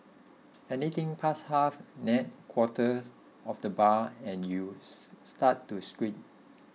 anything past half nay quarter of the bar and you start to squint